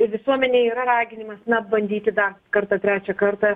visuomenėj yra raginimas na bandyti dar kartą trečią kartą